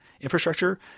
infrastructure